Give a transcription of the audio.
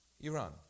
Iran